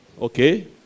Okay